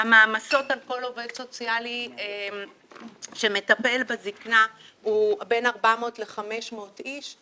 המעמסה על כל עובד סוציאלי שמטפל בזקנה היא בין 400 ל-500 איש.